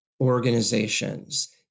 organizations